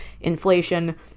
inflation